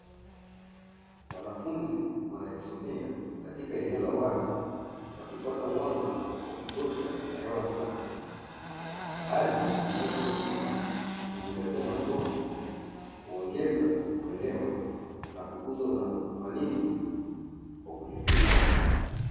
Wanafunzi wanajisomea katika eneo la wazi wakipata mwanga wa kutosha na hewa safi. Hali inayosaidia kuzingatia masomo, kuongeza uelewa na kukuza ufanisi wa kujifunza.